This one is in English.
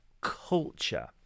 culture